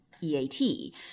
EAT